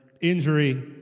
injury